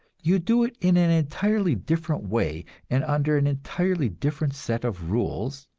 you do it in an entirely different way and under an entirely different set of rules,